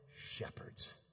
shepherds